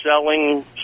selling